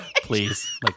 Please